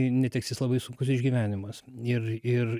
netektis labai sunkus išgyvenimas ir ir